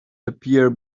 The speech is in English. appear